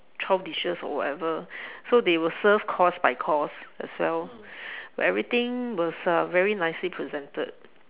twelve dishes or whatever so they will serve course by course as well everything was uh very nicely presented